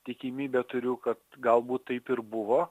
tikimybę turiu kad galbūt taip ir buvo